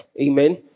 amen